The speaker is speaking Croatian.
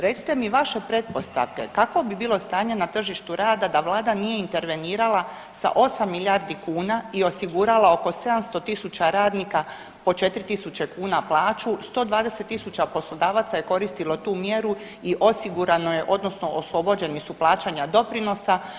Recite mi vaše pretpostavke kakvo bi bilo stanje na tržištu rada da Vlada nije intervenirala sa 8 milijardi kuna i osigurala oko 700 tisuća radnika po 4 tisuće kuna plaću, 120 tisuća poslodavaca je koristilo tu mjeru i osigurano je, odnosno oslobođeni su od plaćanja doprinosa.